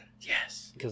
Yes